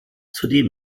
zudem